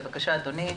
בבקשה אדוני.